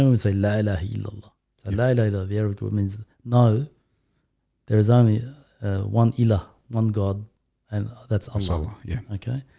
um it's a lila hilo allied either very what means no there is only one allah one god and that's also yeah okay,